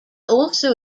also